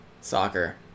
Soccer